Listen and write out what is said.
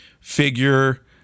figure